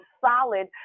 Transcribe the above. solid